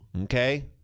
Okay